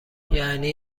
یعنی